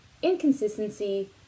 inconsistency